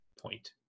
point